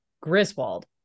Griswold